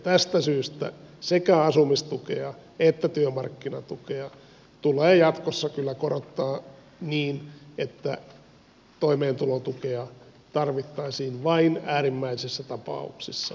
tästä syystä sekä asumistukea että työmarkkinatukea tulee jatkossa kyllä korottaa niin että toimeentulotukea tarvittaisiin vain äärimmäisissä tapauksissa